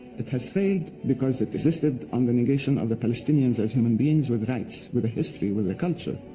it has failed because it resisted on the negation of the palestinians as human beings with rights, with a history, with a culture.